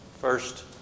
First